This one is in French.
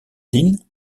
din